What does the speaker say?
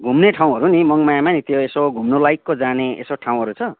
घुम्ने ठाउँहरू नि मङमायामा नि त्यो यसो घुम्नलायकको जाने यसो ठाउँहरू छ